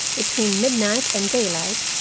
between midnight and daylight,